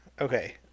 Okay